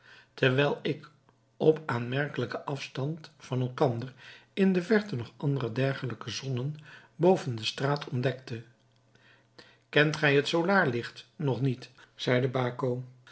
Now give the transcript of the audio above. terwijl ik op aanmerkelijken afstand van elkander in de verte nog andere dergelijke zonnen boven de straat ontdekte kent gij het solaar licht nog niet zeide